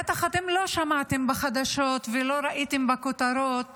בטח אתם לא שמעתם בחדשות ולא ראיתם בכותרות